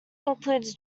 includes